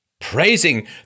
praising